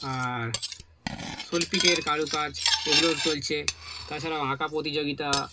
আর শোলপিটের কারুকাজ এগুলো চলছে তাছাড়াও আঁকা প্রতিযোগিতা